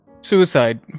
suicide